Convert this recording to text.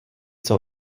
jsou